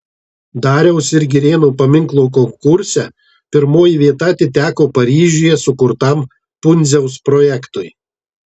dariausi ir girėno paminklo konkurse pirmoji vieta atiteko paryžiuje sukurtam pundziaus projektui